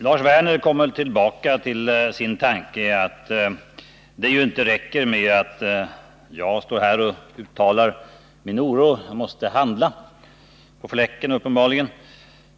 Lars Werner kom tillbaka till sin tanke att det inte räcker med att jag står här och uttalar min oro — jag måste handla, uppenbarligen på fläcken.